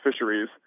fisheries